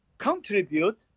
contribute